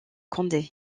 condé